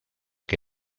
que